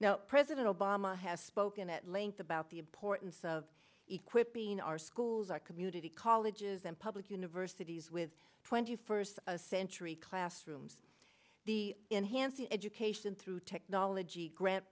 now president obama has spoken at length about the importance of equipping our schools our community colleges and public universities with twenty first century classrooms the enhanced education through technology gra